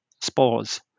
spores